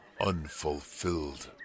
unfulfilled